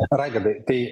raigardai tai